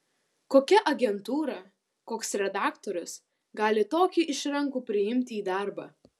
kokia agentūra koks redaktorius gali tokį išrankų priimti į darbą